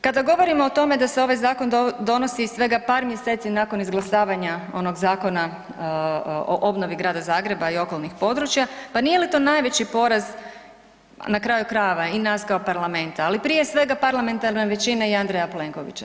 Kada govorimo o tome da se ovaj zakon donosi svega par mjeseci nakon izglasavanja onog zakona o obnovi Grada Zagreba i okolnih područja, pa nije li to najveći poraz na kraju krajeva i nas kao parlamenta, ali prije svega parlamentarne većine i Andreja Plenkovića.